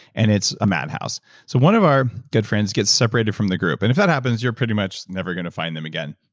and it's a madhouse so one of our good friends get separated from the group, and that happens you're pretty much never going to find them again.